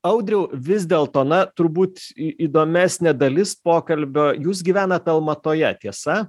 audriau vis dėlto na turbūt įdomesnė dalis pokalbio jūs gyvenat almatoje tiesa